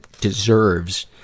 deserves